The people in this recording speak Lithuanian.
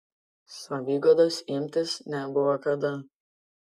saviguodos imtis nebuvo kada